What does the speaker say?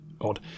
odd